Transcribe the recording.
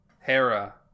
Hera